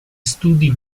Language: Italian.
studi